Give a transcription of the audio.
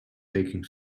taking